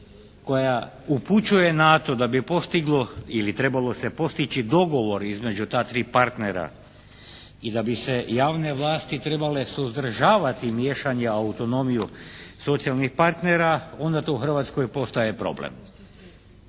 koja upućuje na to da bi postiglo ili trebalo se postići dogovor između ta tri partnera i da bi se javne vlasti trebale suzdržavati miješanje u autonomiju socijalnih partnera onda to u Hrvatskoj postaje problem.